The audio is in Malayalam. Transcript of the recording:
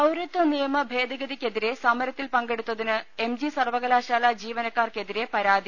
പൌരത്വ നിയമ ഭേദഗതിക്കെതിരെ സമരത്തിൽ പങ്കെടുത്തതിന് എംജി സർവ്വകലാശാല ജീവനക്കാർക്കെതിരെ പരാതി